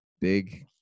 Big